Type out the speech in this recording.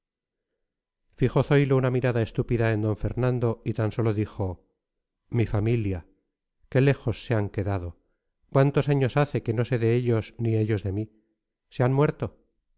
fijó zoilo una mirada estúpida en d fernando y tan sólo dijo mi familia qué lejos se han quedado cuántos años hace que no sé de ellos ni ellos de mí se han muerto